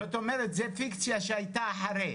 זאת אומרת זאת פיקציה שהייתה אחרי כן.